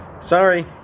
sorry